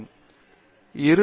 பேராசிரியர் தீபா வெங்கடேஷ் சரி